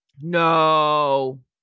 No